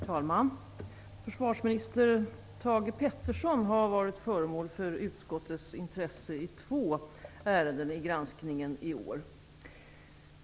Herr talman! Försvarsminister Thage G Peterson har varit föremål för utskottets intresse i två ärenden i granskningen i år.